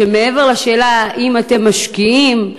מעבר לשאלה אם אתם משקיעים,